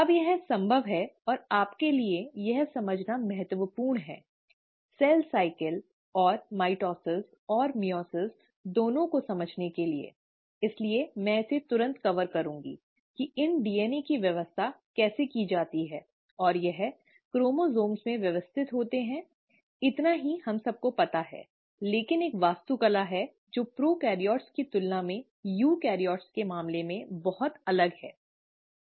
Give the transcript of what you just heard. अब यह संभव है और आपके लिए यह समझना महत्वपूर्ण है सेल साइकल और म्यूटोसिस और माइओसस दोनों को समझने के लिए इसलिए मैं इसे तुरंत कवर करूंगी कि इन DNA की व्यवस्था कैसे की जाती है और यह क्रोमसोम में व्यवस्थित होते हैं इतना ही हम सभी को पता है लेकिन एक वास्तुकला है जो प्रोकैरियोट्स की तुलना में यूकेरियोट्स के मामले में बहुत अलग है